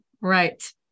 Right